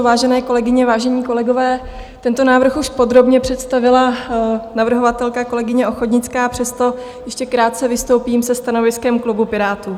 Vážené kolegyně, vážení kolegové, tento návrh už podrobně představila navrhovatelka, kolegyně Ochodnická, přesto ještě krátce vystoupím se stanoviskem klubu Pirátů.